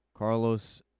Carlos